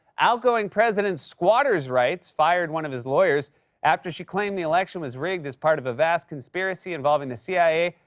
outgoing president squatters rights fired one of his lawyers after she claimed the election was rigged as part of a vast conspiracy involving the cia,